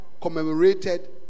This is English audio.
commemorated